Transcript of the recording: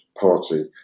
Party